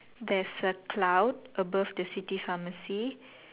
there's a cloud above the city pharmacy